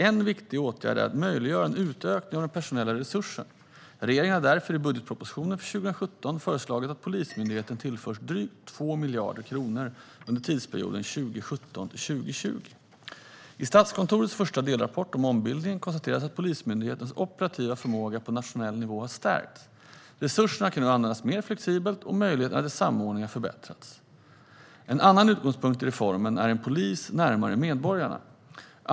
En viktig åtgärd är att möjliggöra en utökning av den personella resursen. Regeringen har därför i budgetpropositionen för 2017 föreslagit att Polismyndigheten tillförs drygt 2 miljarder kronor under perioden 2017-2020. I Statskontorets första delrapport om ombildningen konstateras att Polismyndighetens operativa förmåga på nationell nivå har stärkts. Resurserna kan nu användas mer flexibelt, och möjligheterna till samordning har förbättrats. En annan utgångspunkt i reformen är en polis närmare medborgarna.